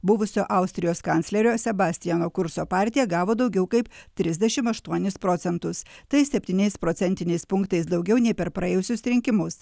buvusio austrijos kanclerio sebastiano kurco partija gavo daugiau kaip trisdešim aštuonis procentus tai septyniais procentiniais punktais daugiau nei per praėjusius rinkimus